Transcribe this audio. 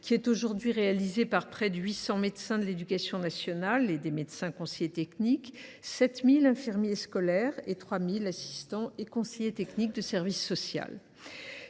est aujourd’hui assuré par près de 800 médecins de l’éducation nationale et médecins conseillers techniques, 7 000 infirmiers scolaires et 3 000 assistants et conseillers techniques de service social.